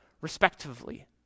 respectively